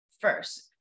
first